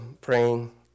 praying